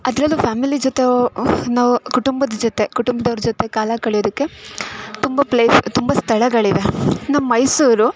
ಅದರಲ್ಲೂ ಫ್ಯಾಮಿಲಿ ಜೊತೆ ಓ ನಾವು ಕುಟುಂಬದ ಜೊತೆ ಕುಟುಂಬ್ದವ್ರ ಜೊತೆ ಕಾಲ ಕಳೆಯೋದಕ್ಕೆ ತುಂಬ ಪ್ಲೇಸ್ ತುಂಬ ಸ್ಥಳಗಳಿವೆ ನಮ್ಮ ಮೈಸೂರು